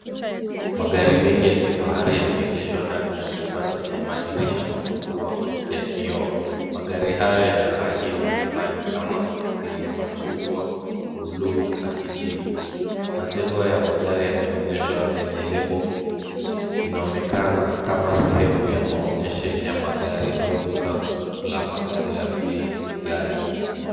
Magari mengi ya kifahari yameegeshwa ndani ya chumba chenye madirisha makubwa ya kioo. Magari hayo yana rangi mbalimbali kama vile machungwa, bluu na kijivu. Majengo ya magari yameonyeshwa yenyee lebo inaonyekana kama sehemu ya maonyesho ya magari au duka la magari ya bei ghali.